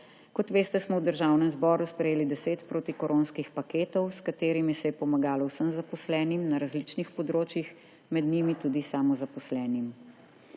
Kot veste, smo v Državnem zboru sprejeli 10 protikoronskih paketov, s katerimi se je pomagalo vsem zaposlenim na različnih področjih, med njimi tudi samozaposlenim.